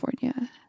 California